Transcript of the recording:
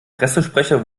pressesprecher